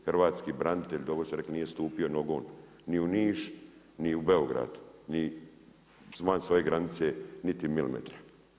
Hrvatski branitelj, dobro ste rekli nije stupo nogom ni u Niš ni u Beograd, ni van svoje granice niti milimetra.